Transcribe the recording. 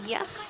Yes